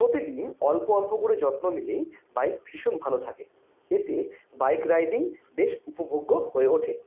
প্রতিদিন অল্প অল্প করে যত্ন নিলেই বাইক ভীষণ ভালো থাকে এতে বাইক রাইডিং বেশ উপভোগ্য হয়ে ওঠে